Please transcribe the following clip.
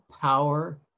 power